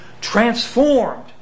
transformed